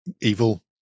evil